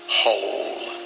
whole